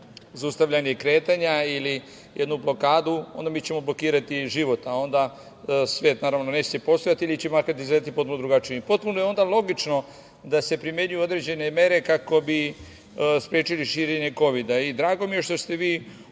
zaustavljanje i kretanja ili jednu blokadu onda mi ćemo blokirati život, a onda svet naravno neće ni postojati ili će makar izgledati potpuno drugačiji. Potpuno je logično da se primenjuju određene mere kako bi sprečili širenje Kovida.